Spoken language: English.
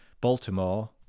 Baltimore